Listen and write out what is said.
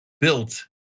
built